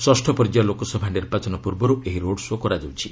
ଷଷ୍ଠ ପର୍ଯ୍ୟାୟ ଲୋକସଭା ନିର୍ବାଚନ ପୂର୍ବରୁ ଏହି ରୋଡ୍ ଶୋ' କରାଯାଉଛି